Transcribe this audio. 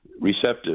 receptive